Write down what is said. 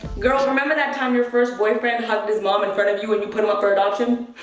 girl, remember that time your first boyfriend hugged his mom in front of you and you put him up for adoption?